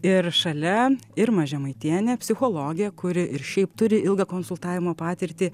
ir šalia irma žemaitienė psichologė kuri ir šiaip turi ilgą konsultavimo patirtį